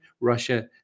Russia